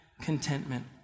contentment